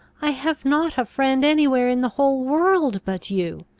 i have not a friend any where in the whole world but you!